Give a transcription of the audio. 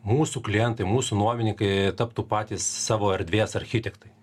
mūsų klientai mūsų nuomininkai taptų patys savo erdvės architektai